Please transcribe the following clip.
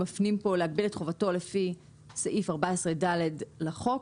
במקום "להגביל את חובתו לפי סעיף 14ד לחוק",